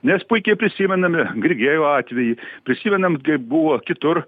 nes puikiai prisimename grigėjų atvejį prisimename d buvo kitur